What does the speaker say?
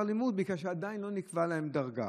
הלימוד בגלל שעדיין לא נקבעה להם דרגה.